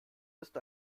ist